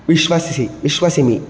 विश्वसिसि विश्वसिमि